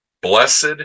Blessed